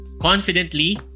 confidently